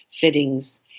fittings